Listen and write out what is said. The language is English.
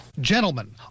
Gentlemen